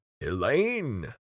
Elaine